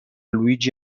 luigi